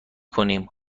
کنیم